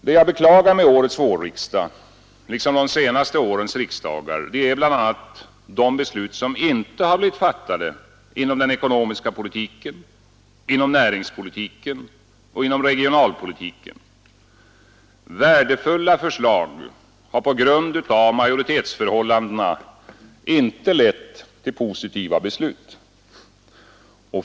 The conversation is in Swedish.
Det beklagliga med årets vårriksdag, liksom med de senaste årens riksdagar, är bl.a. de beslut som inte har blivit fattade inom den ekonomiska politiken, inom näringspolitiken och inom regionalpolitiken Värdefulla förslag har på grund av majoritetsförhållandena inte lett till positiva beslut.